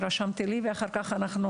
רשמתי בפניי כמה